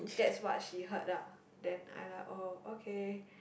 that's what she heard lah then I'm like oh okay